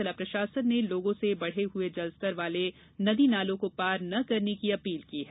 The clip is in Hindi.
जिला प्रशासन ने लोगों से बड़े हए जलस्तर वाले नदी नालों को पार न करने की अपील की है